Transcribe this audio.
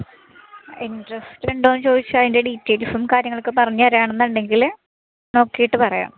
interest ഉണ്ടോ എന്ന് ചോദിച്ചാൽ അതിന്റെ ഡീറ്റെയ്ൽസും കാര്യങ്ങളൊക്കെ പറഞ്ഞ് തരികയാണ് എന്നുണ്ടെങ്കിൽ നോക്കിയിട്ട് പറയാം